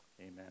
Amen